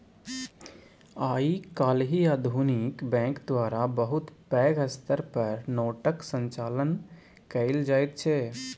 आइ काल्हि आधुनिक बैंक द्वारा बहुत पैघ स्तर पर नोटक संचालन कएल जाइत छै